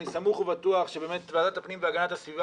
אני סמוך ובטוח שוועדת הפנים והגנת הסביבה